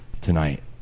tonight